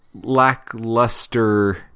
lackluster